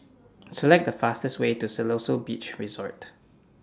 Select The fastest Way to Siloso Beach Resort